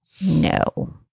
No